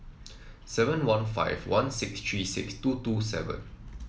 seven one five one six three six two two seven